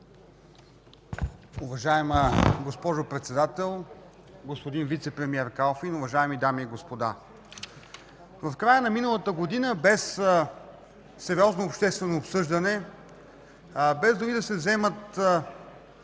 Уважаема госпожо Председател, уважаеми господин вицепремиер Калфин, уважаеми дами и господа! В края на миналата година без сериозно обществено обсъждане, без дори да се вземат